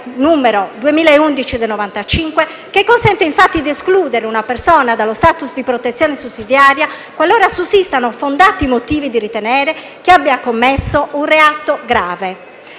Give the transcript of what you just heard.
direttiva 2011/95/UE, che consente di escludere una persona dallo *status* di protezione sussidiaria qualora sussistano «fondati motivi» di ritenere che abbia commesso un reato grave.